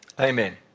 Amen